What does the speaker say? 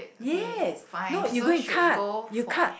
yes no you go and cut you cut